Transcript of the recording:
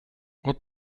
what